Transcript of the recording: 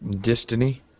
Destiny